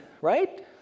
right